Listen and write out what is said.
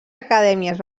acadèmies